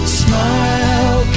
smile